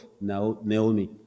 Naomi